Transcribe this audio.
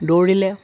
দৌৰিলে